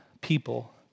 people